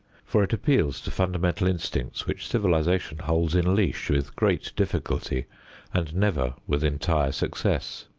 for it appeals to fundamental instincts which civilization holds in leash with great difficulty and never with entire success.